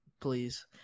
Please